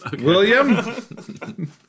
William